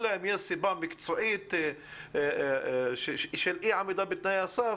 אלא אם יש סיבה מקצועית של אי עמידה בתנאי הסף,